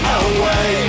away